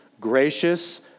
gracious